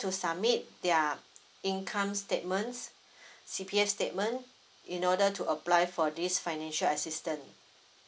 to submit their income statements C_P_F statements in order to apply for this financial assistance